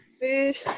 Food